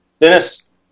Dennis